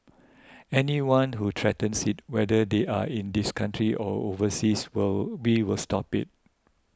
anyone who threatens it whether they are in this country or overseas will be will stop it